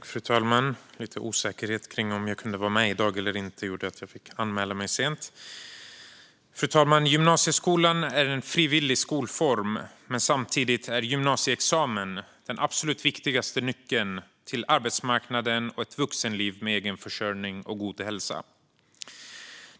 Fru talman! Jag var lite osäker på om jag kunde vara med i debatten i dag eller inte, vilket gjorde att jag fick anmäla mig sent. Fru talman! Gymnasieskolan är en frivillig skolform, men samtidigt är en gymnasieexamen den absolut viktigaste nyckeln till arbetsmarknaden och ett vuxenliv med egen försörjning och god hälsa.